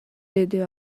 деди